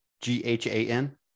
G-H-A-N